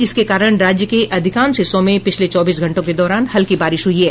जिसके कारण राज्य के अधिकांश हिस्सों में पिछले चौबीस घंटों के दौरान हल्की बारिश हुई है